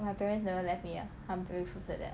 my parents never left me ah I'm grateful for that